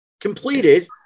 completed